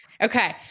Okay